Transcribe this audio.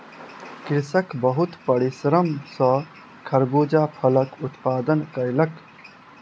कृषक बहुत परिश्रम सॅ खरबूजा फलक उत्पादन कयलक